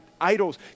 idols